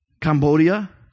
cambodia